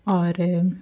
और